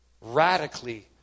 Radically